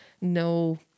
no